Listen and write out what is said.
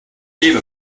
gave